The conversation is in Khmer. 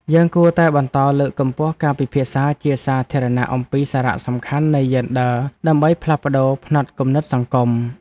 យើងគួរតែបន្តលើកកម្ពស់ការពិភាក្សាជាសាធារណៈអំពីសារៈសំខាន់នៃយេនឌ័រដើម្បីផ្លាស់ប្តូរផ្នត់គំនិតសង្គម។